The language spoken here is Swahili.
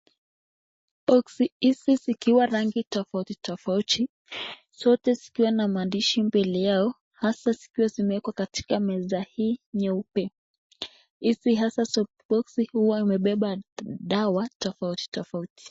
Boksi hizi zikiwa rangi tofauti tofauti, zote zikiwa na maandishi mbele yao, hasa zikiwa zimewekwa kwa meza hii nyeupe, hizi hasa boksi huwa imebeba dawa tofauti tofauti.